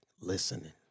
listening